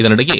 இதனிடையே